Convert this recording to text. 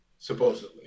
Supposedly